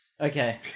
Okay